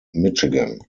michigan